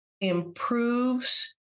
improves